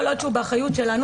כל עוד שהוא באחריות שלנו,